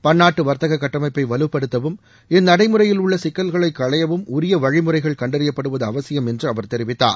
பள்ளாட்டு வர்த்தக கட்டமைப்ப வலுப்படுத்தவும் இந் நடைமுறையில் உள்ள சிக்கல்களை களையவும் உரிய வழிமுறைகள் கண்டறியப்படுவது அவசியம் என்று அவர் தெரவித்தார்